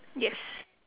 yes